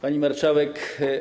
Pani Marszałek!